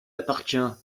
appartient